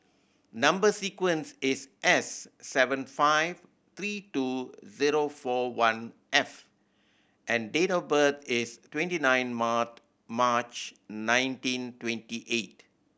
number sequence is S seven five three two zero four one F and date of birth is twenty nine March March nineteen twenty eight